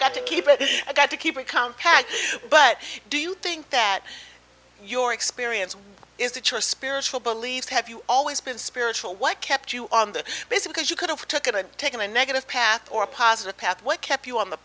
got to keep it i got to keep in contact but do you think that your experience is that your spiritual beliefs have you always been spiritual what kept you on the base because you could have took it and taken a negative path or a positive path what kept you on the